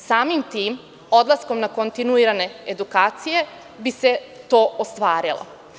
Samim tim, odlaskom na kontinuirane edukacije bi se to ostvarilo.